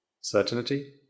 certainty